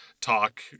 talk